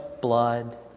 blood